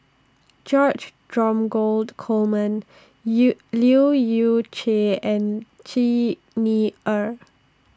George Dromgold Coleman Yew Leu Yew Chye and Xi Ni Er